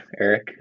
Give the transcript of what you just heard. Eric